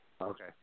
Okay